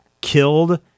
killed